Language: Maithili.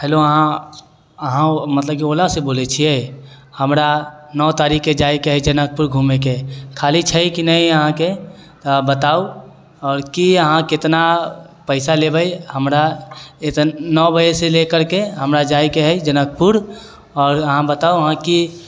हेलो अहाँ अहाँ मतलब कि ओलासँ बोलै छिए हमरा नओ तारीखके जाइके हइ जनकपुर घुमैके खाली छै कि नहि अहाँके बताउ आओर कि अहाँ कतना पइसा लेबै हमरा नओ बजेसँ लेकरके हमरा जाइके हइ जनकपुर आओर अहाँ बताउ अहाँ की